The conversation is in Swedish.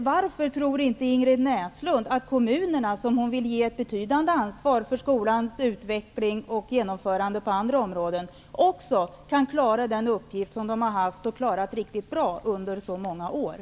Varför tror inte Ingrid Näslund att kommunerna också kan klara av den uppgift som de har haft och klarat av riktigt bra under så många år? Hon vill ju ge kommunerna ett betydande ansvar för skolans utveckling på andra områden.